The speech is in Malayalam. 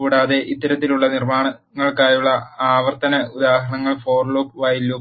കൂടാതെ ഇത്തരത്തിലുള്ള നിർമ്മാണങ്ങൾക്കായുള്ള ആവർത്തന ഉദാഹരണങ്ങൾ ഫോർ ലൂപ്പ് വൈൽ ലൂപ്പ്